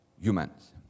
humans